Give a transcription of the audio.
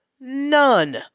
none